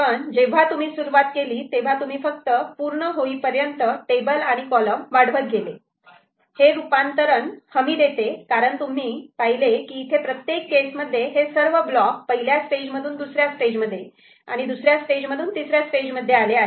पण जेव्हा तुम्ही सुरुवात केली तेव्हा तुम्ही फक्त पूर्ण होईपर्यंत टेबल आणि कॉलम वाढवत गेले हे रूपांतरण हमी देते कारण तुम्ही पाहिले कि इथे प्रत्येक केस मध्ये हे सर्व ब्लॉक पहिल्या स्टेज मधून दुसऱ्या स्टेजमध्ये आणि दुसऱ्या स्टेज मधून तिसऱ्या स्टेज मध्ये आले आहेत